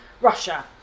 Russia